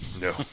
No